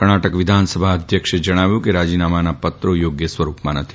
કર્ણાટક વિધાનસભા અધ્યક્ષે જણાવ્યું કે રાજીનામાના પત્રો યોગ્ય સ્વરૂપમાં નથી